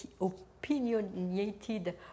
opinionated